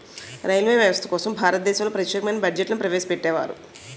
railway వ్యవస్థ కోసం భారతదేశంలో ప్రత్యేకమైన బడ్జెట్ను ప్రవేశపెట్టేవారు